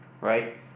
right